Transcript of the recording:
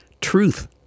truth